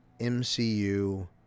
MCU